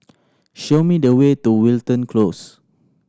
show me the way to Wilton Close